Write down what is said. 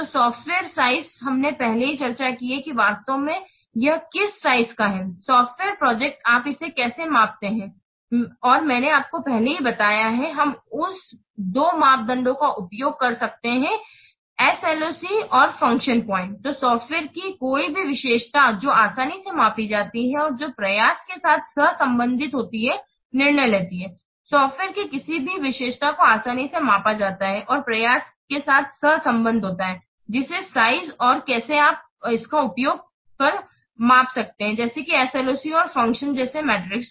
तो software size हमने पहले ही चर्चा की है कि वास्तव में यह किस साइज़ का है सॉफ्टवेयर प्रोजेक्ट आप इसे कैसे मापते हैं और मैंने आपको पहले ही बताया है हम उस दो मापदंडों का उपयोग कर सकते हैं एस एल ओ सी और फ़ंक्शन पॉइंट तो सॉफ़्टवेयर की कोई भी विशेषता जो आसानी से मापी जाती है और जो प्रयास के साथ सहसंबंधी होती है निर्णय लेती है सॉफ़्टवेयर के किसी भी विशेषता को आसानी से मापा जाता है और प्रयास के साथ सहसंबद्ध होता है जिसे साइज़ और कैसे आप इसका उपयोग कर माप सकते हैं जैसे कि SLOC और फ़ंक्शन जैसे मेट्रिक्स